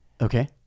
Okay